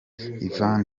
yvan